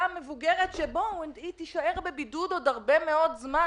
המבוגרת שתישאר בבידוד עוד הרבה מאוד זמן.